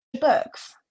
books